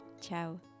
ciao